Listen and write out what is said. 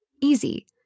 Easy